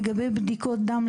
לגבי בדיקות דם,